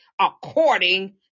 according